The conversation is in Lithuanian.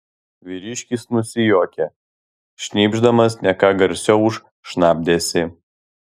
vyriškis nusijuokė šnypšdamas ne ką garsiau už šnabždesį